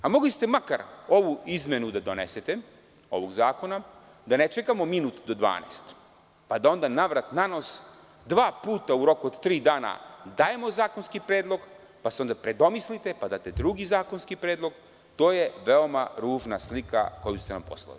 Mogli ste makar ovu izmenu da donesete, ovog zakona, da ne čekamo minut do 12, pa da onda na vrat-na nos dva puta u roku od tri dana dajemo zakonski predlog pa se onda predomislite pa date drugi zakonski predlog, to je veoma ružna slika koju ste nam poslali.